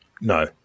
No